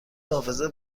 حافظه